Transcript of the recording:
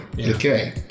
Okay